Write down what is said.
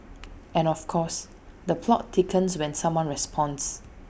and of course the plot thickens when someone responds